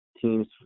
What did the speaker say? teams